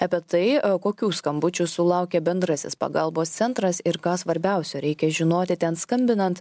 apie tai kokių skambučių sulaukia bendrasis pagalbos centras ir ką svarbiausio reikia žinoti ten skambinant